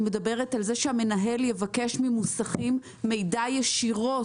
היא מדברת על זה שהמנהל יבקש ממוסכים מידע ישירות.